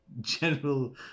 general